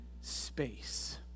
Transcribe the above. space